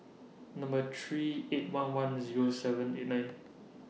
Number three eight one one Zero seven eight nine